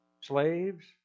slaves